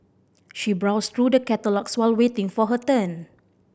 she browse through the catalogues while waiting for her turn